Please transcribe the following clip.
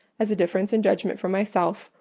as a difference in judgment from myself,